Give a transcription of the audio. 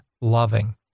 loving